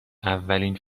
اولین